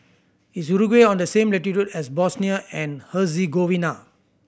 is Uruguay on the same latitude as Bosnia and Herzegovina